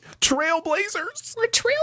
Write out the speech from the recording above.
Trailblazers